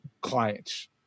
clients